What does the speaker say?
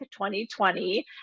2020